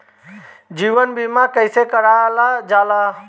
जीवन बीमा कईसे करल जाला?